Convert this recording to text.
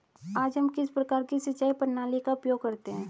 आज हम किस प्रकार की सिंचाई प्रणाली का उपयोग करते हैं?